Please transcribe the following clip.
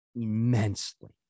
immensely